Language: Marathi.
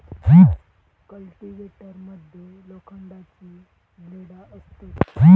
कल्टिवेटर मध्ये लोखंडाची ब्लेडा असतत